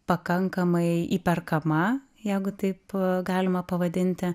pakankamai įperkama jeigu taip galima pavadinti